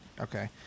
Okay